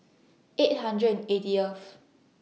eight hundred and eightieth